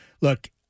look